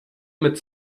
mit